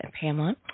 Pamela